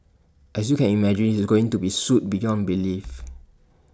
as you can imagine he's going to be sued beyond belief